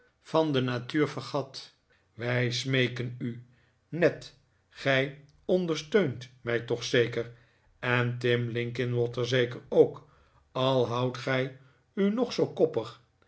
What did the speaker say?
van de natuur vergat wij smeeken u ned gij ondersteunt mij toch zeker en tim linkinwater zeker ook al houdt gij u nog zoo koppig